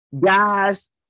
guys